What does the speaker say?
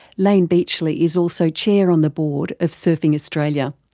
layne beachley is also chair on the board of surfing australia,